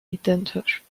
identisch